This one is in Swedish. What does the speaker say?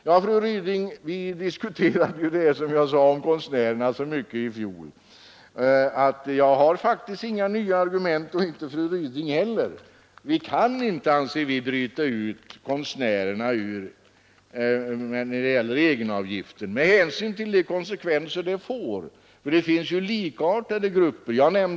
Fru Ryding, vi diskuterade så mycket om konstnärerna i fjol att jag faktiskt inte har några nya argument. Det har inte fru Ryding heller. Vi anser att vi inte kan bryta ut konstnärerna när det gäller egenavgifter med hänsyn till de konsekvenser detta får. Det finns ju jämförbara grupper.